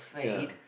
ya